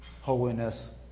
holiness